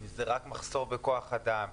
אם זה רק מחסור בכוח אדם,